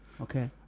Okay